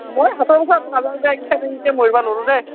মই হাতৰ পইচা ভৰি নাযাওঁ দেই এনকে মৰিব নোৰোঁ দেই